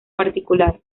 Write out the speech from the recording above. particular